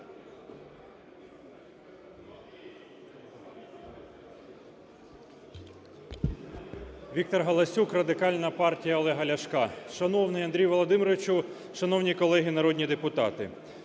Віктор Галасюк, Радикальна партія Олега Ляшка. Шановний Андрію Володимировичу, шановні колеги народні депутати.